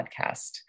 Podcast